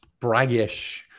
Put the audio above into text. braggish